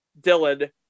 Dylan